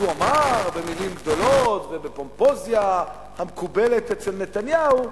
אמר במלים גדולות ובפומפוזיה המקובלת אצל נתניהו,